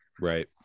right